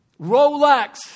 Rolex